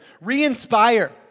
re-inspire